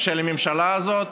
של הממשלה הזאת